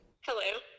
Hello